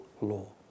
law